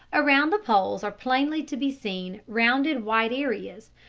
around the poles are plainly to be seen rounded white areas,